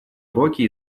уроки